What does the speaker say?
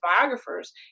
biographers